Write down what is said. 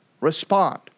respond